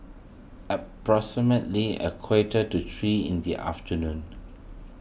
approximately a quarter to three in the afternoon